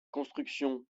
construction